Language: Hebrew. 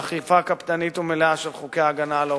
ואכיפה קפדנית ומלאה של חוקי ההגנה על העובדים,